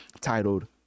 titled